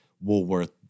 Woolworth